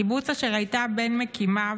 קיבוץ אשר היא הייתה בין מקימיו,